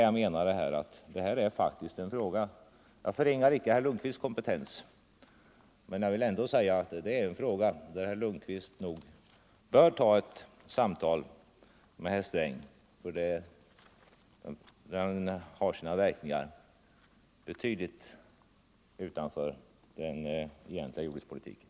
Jag förringar icke herr Lundkvists kompetens, men jag vill ändå säga att herr Lundkvist nog bör ta ett samtal med herr Sträng i denna fråga. Den fråga som det här gäller har nämligen verkningar betydligt utanför den egentliga jordbrukspolitiken.